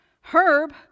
Herb